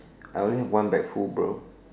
I only have one bag full bro